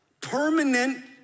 permanent